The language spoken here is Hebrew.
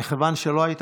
מכיוון שלא היית